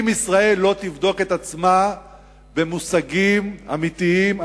אם ישראל לא תבדוק את עצמה במושגים אמיתיים,